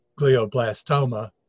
glioblastoma